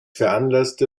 veranlasste